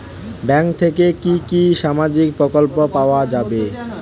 Bank থেকে কি কি সামাজিক প্রকল্প পাওয়া যাবে?